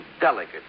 delicate